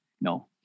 no